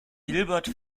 gilbert